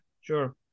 Sure